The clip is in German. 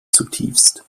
zutiefst